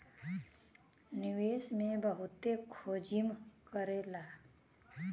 निवेश मे बहुते जोखिम रहेला